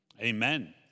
Amen